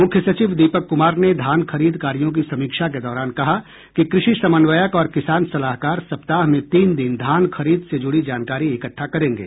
मुख्य सचिव दीपक कुमार ने धान खरीद कार्यों की समीक्षा के दौरान कहा कि कृषि समन्वयक और किसान सलाहकार सप्ताह में तीन दिन धान खरीद से जुड़ी जानकारी इकट्ठा करेंगे